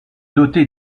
doté